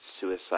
suicide